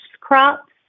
crops